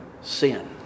Sin